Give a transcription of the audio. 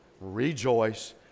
Rejoice